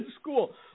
school